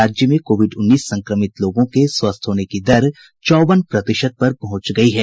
राज्य में कोविड उन्नीस संक्रमित लोगों के स्वस्थ होने की दर चौवन प्रतिशत पर पहुंच गयी है